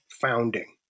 founding